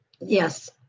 Yes